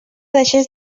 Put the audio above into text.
deixés